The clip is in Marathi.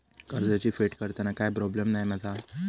कर्जाची फेड करताना काय प्रोब्लेम नाय मा जा?